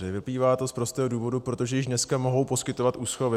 Vyplývá to z prostého důvodu: protože již dneska mohou poskytovat úschovy.